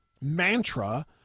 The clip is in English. mantra